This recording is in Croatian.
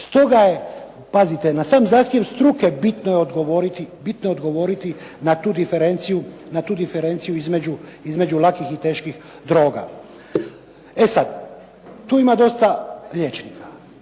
Stoga je, pazite na sam zahtjev struke bitno je odgovoriti na tu diferenciju između lakih i teških droga. E sad, tu ima dosta liječnika.